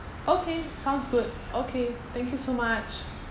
okay sounds good okay thank you so much